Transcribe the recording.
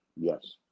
Yes